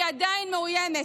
כי היא עדיין מאוימת,